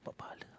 dapat pahala